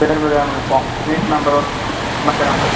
பேர்பெரியான்குப்பம் வீட்டு நம்பர் வந்து தொண்ணூற்றி நாலு